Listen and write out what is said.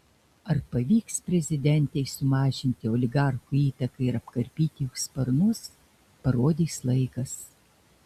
ar pavyks prezidentei sumažinti oligarchų įtaką ir apkarpyti jų sparnus parodys laikas